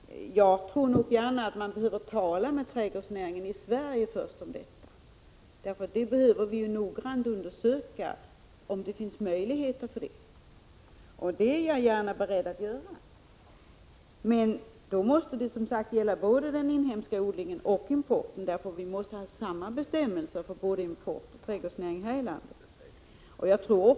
Jag tror att man behöver tala med representanter för trädgårdsnäringen i Sverige först. Vi behöver noga undersöka om det finns möjligheter till detta. Det är jag beredd att verka för. Men då måste det som sagt gälla både den inhemska odlingen och importen — vi måste ha samma bestämmelser för både importen och trädgårdsnäringen här i landet.